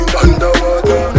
underwater